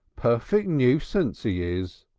perfect noosance he is.